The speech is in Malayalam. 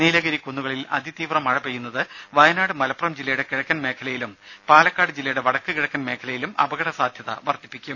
നീലഗിരി കുന്നുകളിൽ അതിതീവ്ര മഴ പെയ്യുന്നത് വയനാട് മലപ്പുറം ജില്ലയുടെ കിഴക്കൻ മേഖലയിലും പാലക്കാട് ജില്ലയുടെ വടക്ക് കിഴക്കൻ മേഖലയിലും അപകടസാധ്യത വർധിപ്പിക്കും